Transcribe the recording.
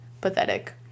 pathetic